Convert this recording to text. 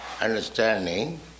understanding